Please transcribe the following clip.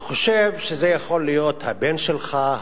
וחושב שזה יכול להיות הבן שלך,